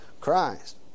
Christ